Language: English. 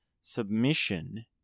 submission